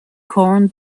corn